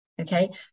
okay